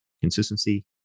consistency